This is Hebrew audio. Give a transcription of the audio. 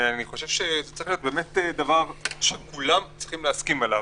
אני חושב שזה צריך להיות באמת דבר שכולם צריכים להסכים עליו,